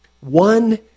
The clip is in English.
One